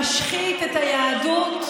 משחית את היהדות,